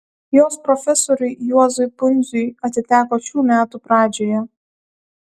jos profesoriui juozui pundziui atiteko šių metų pradžioje